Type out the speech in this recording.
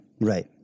Right